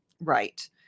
Right